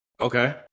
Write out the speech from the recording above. Okay